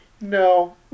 no